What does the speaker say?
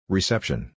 Reception